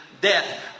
death